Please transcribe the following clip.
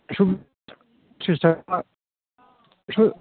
त्रिस थाखासो